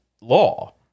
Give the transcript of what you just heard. law